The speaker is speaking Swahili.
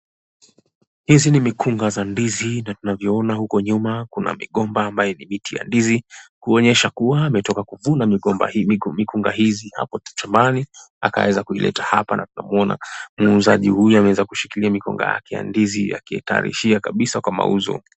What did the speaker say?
Hizi ni mikunga za ndizi na tunavyoona huko nyuma kuna migomba ambayo ni miti ya ndizi kuonyesha kuwa ametoka kuvuna mikunga hizi hapo shambani akaweza kuileta hapa na tunamuona. Muuzaji huyu ameweza kushikilia mikunga yake ya ndizi akiitarishia kabisa kwa mauzo.